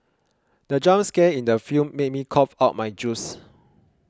the jump scare in the film made me cough out my juice